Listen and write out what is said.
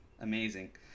amazing